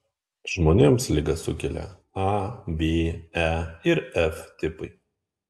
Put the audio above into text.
žmonėms ligą sukelia a b e ir f tipai